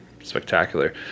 spectacular